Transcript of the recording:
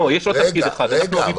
לא, יש עוד תפקיד אחד, אנחנו הריבון.